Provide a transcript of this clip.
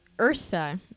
Ursa